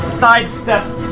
sidesteps